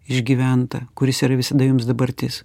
išgyventą kuris yra visada jums dabartis